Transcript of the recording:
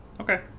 Okay